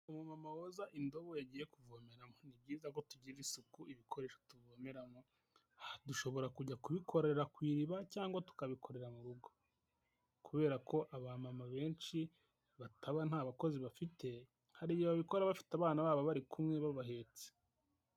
Umumama woza indobo yagiye kuvomeramo, ni byiza ko tugirira isuku ibikoresho tuvomeramo, dushobora kujya kubikorera ku iriba cyangwa tukabikorera mu rugo, kubera ko abamama benshi bataba nta bakozi bafite, hari igihe babikora bafite abana babo bari kumwe babahetse.